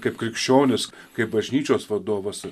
kaip krikščionis kaip bažnyčios vadovas